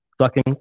sucking